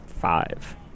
five